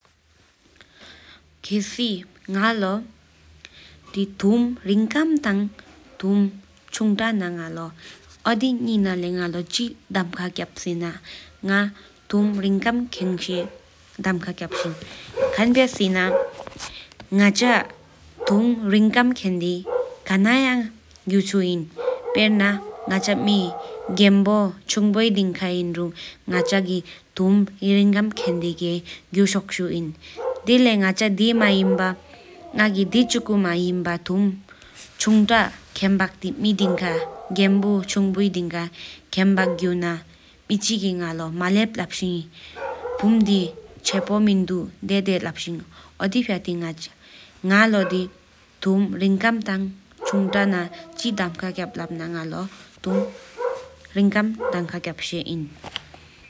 ཁེལ་བདེ་ང་ལོ་ཐུམ་རིང་ཀམ་ཐ་ཐུམ་ཆུང་ཏ་ན་ང་ལོ་འོ་དི་ངེ་ནང་ལོ་ང་ལོ་ཅི་དམ་ཁ་སྐྱབས་ལབ་ན་ང་ལོ་ཐུམ་རིང་ཀམ་མཁན་སེར་དམ་ཁ་སྐྱབས་བཤད། ཁན་བྱ་སེན་ནག་ཅ་ཐུམ་རིང་ཀམ་ཐོད་དི་ཁ་ན་ཡང་གཡུ་ཤུ་ཨིན་པེར་ན་མེ་གསམ་བོ་ཆོམ་པོའི་བསྟན་ཁ་ངག་ཅ་གཡུ་ཤུང་ཨིན། པུམ་ཏི་ཅི་དགའ་མེན་བར་དི་མལེ་དུ་གཅོ་བསྟན་དཀན་སྤུ་ལེ་མེ་བཀྲུན ་ཅུན་པོ་འོང་བཅོད་ཡངས་གཡུ་ལོ་ཐུམ་རིང་ཀམ་ཐ་དམ་ཁ་སྐྱབས་ལབ་ཨན་སྨད་ཅུ།